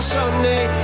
Sunday